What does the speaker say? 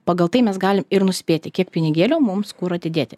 pagal tai mes galim ir nuspėti kiek pinigėlių mums kur atidėti